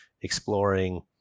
exploring